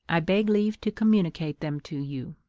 i beg leave to communicate them to you.